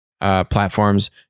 Platforms